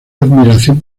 admiración